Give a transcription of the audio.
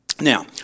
now